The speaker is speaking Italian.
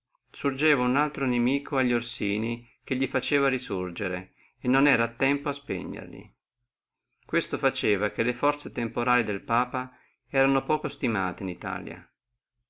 surgeva un altro inimico alli orsini che li faceva resurgere e non era a tempo a spegnere questo faceva che le forze temporali del papa erano poco stimate in italia